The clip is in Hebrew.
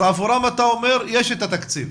אז עבורם אתה אומר שיש את התקציב.